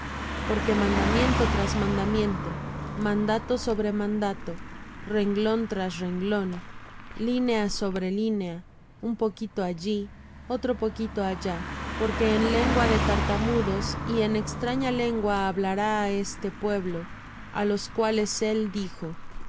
porque mandamiento tras mandamiento mandato sobre mandato renglón tras renglón línea sobre línea un poquito allí otro poquito allá porque en lengua de tartamudos y en extraña lengua hablará á este pueblo a los cuales él dijo